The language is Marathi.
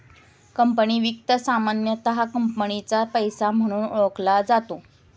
कंपनी वित्त सामान्यतः कंपनीचा पैसा म्हणून ओळखला जातो